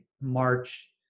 March